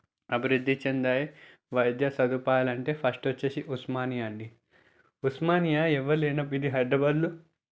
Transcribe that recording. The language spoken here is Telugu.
అభివృద్ధి చెందాయి వైద్య సదుపాయాలు అంటే ఫస్ట్ వచ్చి ఉస్మానియా అండి ఉస్మానియా ఎవరు లేనప్పుడు ఇది హైద్రాబాద్లో